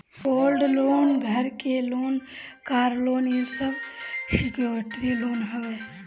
gold loan, घर के loan, car loan इ सब सिक्योर्ड लोन हवे